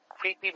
creepy